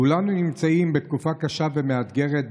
כולנו נמצאים בתקופה קשה ומאתגרת,